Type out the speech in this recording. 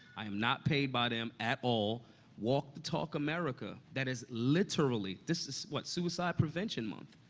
i'm not paid by them at all walk the talk america that is literally this is, what, suicide prevention month,